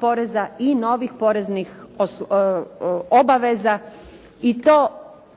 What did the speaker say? poreza i novih poreznih obaveza i to